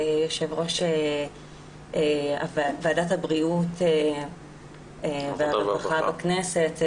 יושב-ראש ועדת העבודה והרווחה בכנסת,